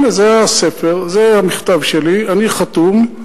הנה זה הספר, זה המכתב שלי, אני חתום.